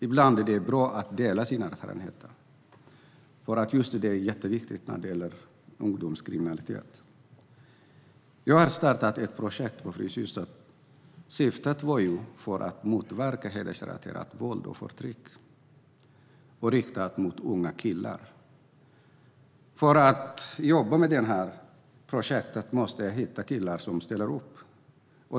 Ibland är det bra att göra det. Det är mycket viktigt när det gäller ungdomskriminalitet. Jag startade ett projekt på Fryshuset. Syftet var att motverka hedersrelaterat våld och förtryck, och det var riktat mot unga killar. För att jobba med projektet måste jag hitta killar som ställde upp.